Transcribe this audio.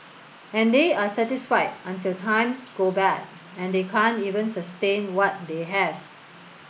and they are satisfied until times go bad and they can't even sustain what they have